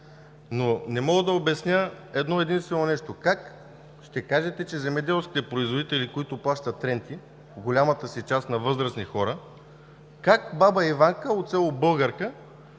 Но не мога да си обясня едно-единствено нещо: как ще кажете на земеделските производители, които плащат ренти, в голямата си част на възрастни хора, как баба Иванка от село Българка